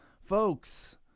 Folks